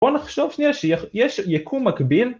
בוא נחשוב שנייה שיש יקום מקביל